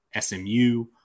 SMU